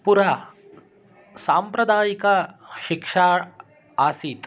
पुरा साम्प्रदायिकशिक्षा आसीत्